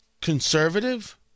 conservative